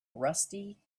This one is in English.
rusty